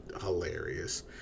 Hilarious